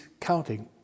counting